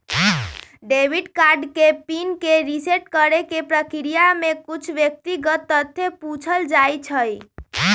debit card के PIN के reset करेके प्रक्रिया में कुछ व्यक्तिगत तथ्य पूछल जाइ छइ